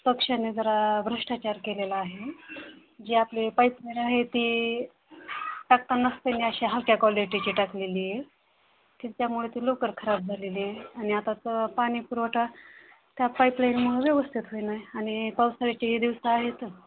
पक्षाने जरा भ्रष्टाचार केलेला आहे जी आपली पाईपलाईन आहे ती टाकता असताना अशी हलक्या क्वालिटीची टाकलेली आहे की त्यामुळे ती लवकर खराब झालेली आहे आणि आताचं पाणीपुरवठा त्या पाईपलाईनमुळं व्यवस्थित होईना आणि पावसाळीचे हे दिवस आहे तर